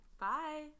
Bye